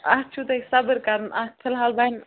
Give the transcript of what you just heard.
اَتھ چھُو تۄہہِ صبُر کَرُن اَتھ فِلحال بَنہِ